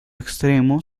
extremo